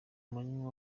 mwanya